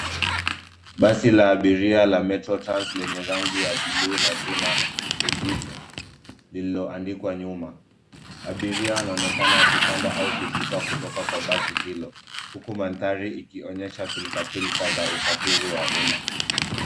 Basi la abiria la Metro Trans lenye rangi ya buluu na jina BENDITO lililoandikwa nyuma. Abiria wanaonekana wakipanda au kushuka kutoka kwa basi hilo, huku mandhari ikionyesha pilkapilka za usafiri wa umma.